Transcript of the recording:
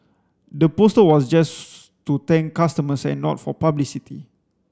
the poster was just to thank customers and not for publicity